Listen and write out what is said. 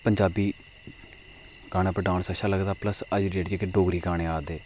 पंजाबी गाने उप्पर डांस अच्छा लगदा पल्स अज्ज दी डेट च जेहड़ा डोगरी गाने आरदे